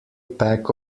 pack